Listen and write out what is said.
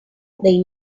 they